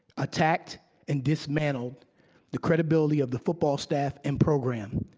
attacked and dismantled the credibility of the football staff and program.